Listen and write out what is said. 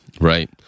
Right